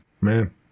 Man